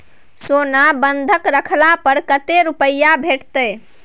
सोना बंधक रखला पर कत्ते रुपिया भेटतै?